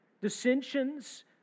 Dissensions